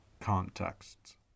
contexts